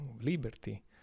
liberty